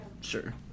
Sure